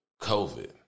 COVID